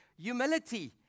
humility